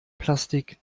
plastik